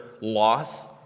loss